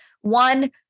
One